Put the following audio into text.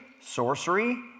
sorcery